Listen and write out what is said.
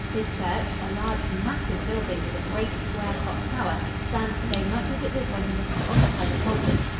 his church, a large, massive building with a great, square-topped tower, stands today much as it did when he used to occupy the pulpit,